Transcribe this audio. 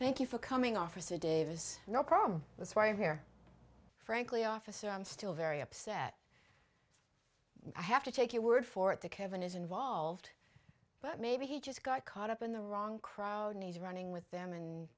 thank you for coming officer dave is no problem that's why i'm here frankly officer i'm still very upset i have to take your word for it to kevin is involved but maybe he just got caught up in the wrong crowd and he's running with them and